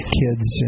kids